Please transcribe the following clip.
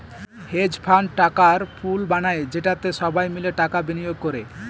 hedge fund টাকার পুল বানায় যেটাতে সবাই মিলে টাকা বিনিয়োগ করে